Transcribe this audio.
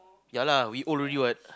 ya lah we old already what